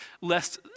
lest